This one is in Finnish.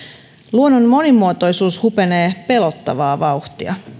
luonnon monimuotoisuus hupenee pelottavaa vauhtia